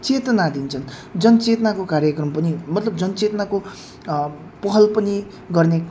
चेतना दिन्छन् जनचेतनाको कार्यक्रम पनि मतलब जनचेतनाको पहल पनि गर्ने